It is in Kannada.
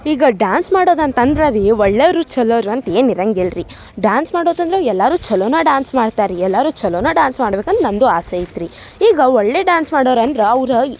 ಈಗ ಡಾನ್ಸ್ ಮಾಡೋದು ಅಂತಂದರೆ ಅದು ಒಳ್ಳೆಯವ್ರು ಛಲೋವ್ರು ಅಂತೇನೂ ಇರಂಗಿಲ್ಲ ರಿ ಡಾನ್ಸ್ ಮಾಡೋದಂದ್ರೆ ಎಲ್ಲರೂ ಛಲೋನೇ ಡ್ಯಾನ್ಸ್ ಮಾಡ್ತಾರೆ ರಿ ಎಲ್ಲರೂ ಛಲೋನೇ ಡಾನ್ಸ್ ಮಾಡ್ಬೇಕಂದು ನನ್ನದು ಆಸೆ ಐತ್ರಿ ಈಗ ಒಳ್ಳೆಯ ಡಾನ್ಸ್ ಮಾಡೋರಂದ್ರೆ ಅವ್ರು ಈ